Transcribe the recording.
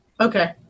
Okay